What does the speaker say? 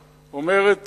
אומרת,